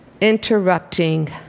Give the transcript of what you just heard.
Interrupting